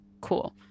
cool